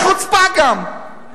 בא ליצמן, הוסיף 960 מיטות.